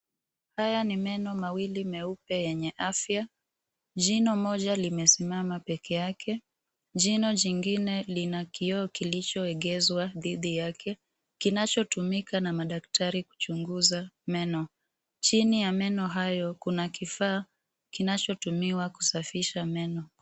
Haya ni meno mawili yenye afya. Jino limesimama pekeake. Jino jingine lina kioo kilichoegezwa dhidi yake kinachotumika na madaktari kuchunguza meno. Chini ya meno hayo kuna kifaa kinachotumika kusafisha meno.